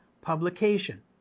publication